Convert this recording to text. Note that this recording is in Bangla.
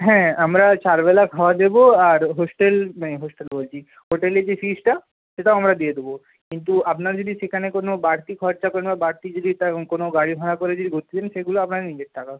হ্যাঁ আমরা চারবেলা খাওয়া দেবো আর হোস্টেল হোস্টেল বলছি হোটেলের যে ফিজটা সেটাও আমরা দিয়ে দেবো কিন্তু আপনারা যদি সেখানে কোনো বাড়তি খরচা কোনো বাড়তি যদি কোনো গাড়ি ভাড়া করে যদি ঘুরতে যান সেগুলো আপনাদের নিজের টাকা